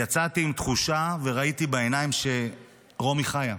יצאתי עם תחושה וראיתי בעיניים שרומי חיה,